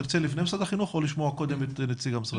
אתה תרצה לפני משרד החינוך או לשמוע קודם את נציג המשרד?